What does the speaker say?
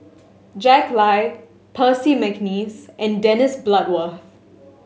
Jack Lai Percy McNeice and Dennis Bloodworth